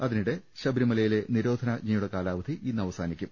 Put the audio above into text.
അതിനിടെ ശബരിമലയിലെ നിരോധനാജ്ഞയുടെ കാലാവധി ഇന്ന് അവസാനിക്കും